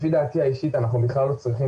לפי דעתי האישית אנחנו בכלל לא צריכים